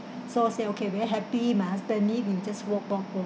so we say okay very happy my husband leave we just walk off lor